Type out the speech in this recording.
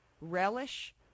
relish